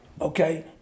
okay